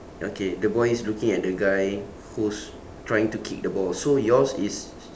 okay the boy is looking at the guy who's trying to kick the ball so yours is